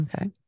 Okay